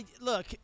look